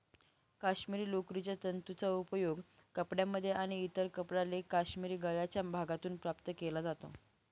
काश्मिरी लोकरीच्या तंतूंचा उपयोग कपड्यांमध्ये आणि इतर कपडा लेख काश्मिरी गळ्याच्या भागातून प्राप्त केला जातो